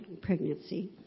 pregnancy